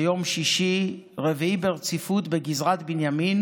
ביום שישי הרביעי ברציפות בגזרת בנימין